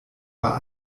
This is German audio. war